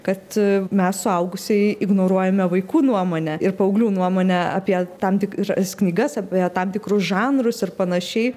kad mes suaugusieji ignoruojame vaikų nuomonę ir paauglių nuomonę apie tam tikras knygas apie tam tikrus žanrus ir panašiai